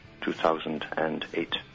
2008